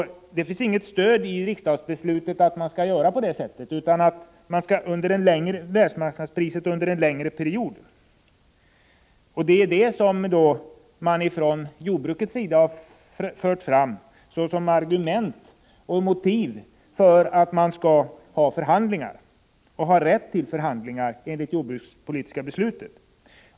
Det finns inget stöd i riksdagsbeslutet för att göra på detta sätt, utan man skall som sagt ta hänsyn till världsmarknadspriserna under en längre period. Det är detta som jordbrukets representanter fört fram som motiv för att man skall ha rätt till förhandlingar enligt det jordbrukspolitiska beslutet.